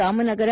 Ramanagara